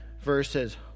verses